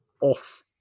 off